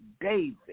David